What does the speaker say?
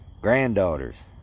granddaughters